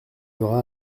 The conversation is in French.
aura